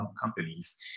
companies